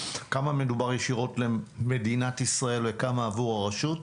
כמה מדובר ישירות למדינת ישראל וכמה עבור הרשות?